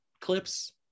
clips